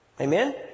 Amen